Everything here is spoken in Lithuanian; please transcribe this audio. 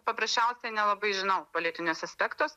paprasčiausiai nelabai žinau politinius aspektus